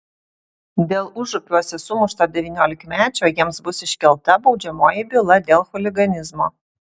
dėl užupiuose sumušto devyniolikmečio jiems bus iškelta baudžiamoji byla dėl chuliganizmo